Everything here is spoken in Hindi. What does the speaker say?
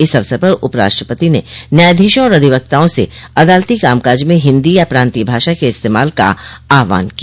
इस अवसर पर उप राष्ट्रपति ने न्यायाधीशों और अधिवक्ताओं से अदालती कामकाज में हिन्दी या प्रान्तीय भाषा के इस्तेमाल का आहवान किया